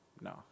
No